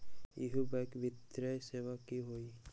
इहु बैंक वित्तीय सेवा की होई?